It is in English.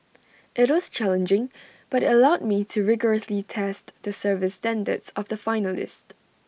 IT was challenging but allowed me to rigorously test the service standards of the finalist